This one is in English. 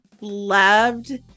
loved